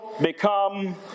become